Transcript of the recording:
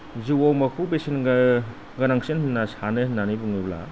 जिउआव माखौ बेसेन गोनांसिन होनना सानो होनना बुङोब्ला